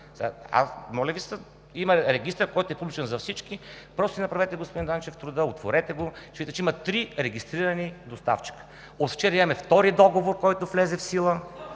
Моля Ви се, има регистър, който е публичен за всички. Просто си направете, господин Данчев, труда, отворете го, ще видите, че има три регистрирани доставчика. От вчера имаме втори договор, който влезе в сила.